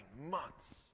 months